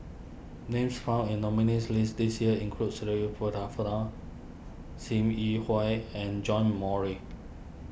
names found in nominees' list this year include Shirin Fozdar Sim Yi Hui and John Morry